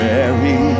Mary